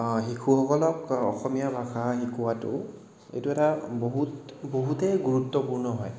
শিশুসকলক অসমীয়া ভাষা শিকোৱাটো এইটো এটা বহুত বহুতেই গুৰুত্বপূৰ্ণ হয়